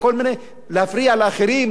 ולהפריע לאחרים,